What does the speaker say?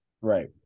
Right